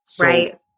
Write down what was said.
Right